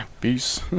Peace